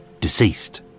deceased